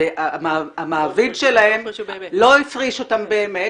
המעביד שלהם לא הפריש אותם באמת.